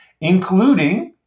including